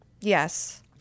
Yes